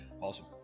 Awesome